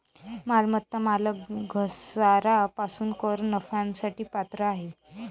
मालमत्ता मालक घसारा पासून कर नफ्यासाठी पात्र आहे